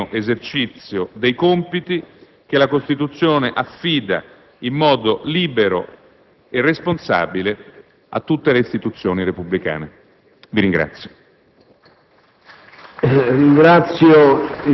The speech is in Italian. nell'interesse del sereno esercizio dei compiti che la Costituzione affida in modo libero e responsabile a tutte le istituzioni repubblicane. *(Applausi